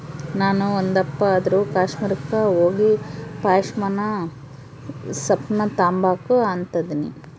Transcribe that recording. ನಾಣು ಒಂದಪ್ಪ ಆದ್ರೂ ಕಾಶ್ಮೀರುಕ್ಕ ಹೋಗಿಪಾಶ್ಮಿನಾ ಸ್ಕಾರ್ಪ್ನ ತಾಂಬಕು ಅಂತದನಿ